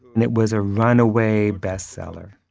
and it was a runaway bestseller.